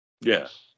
Yes